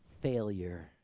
failure